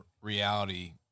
reality